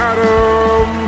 Adam